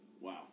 Wow